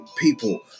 people